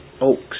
Oaks